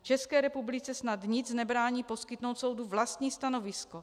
České republice snad nic nebrání poskytnout soudu vlastní stanovisko.